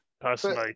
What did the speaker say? personally